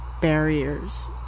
barriers